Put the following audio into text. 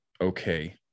okay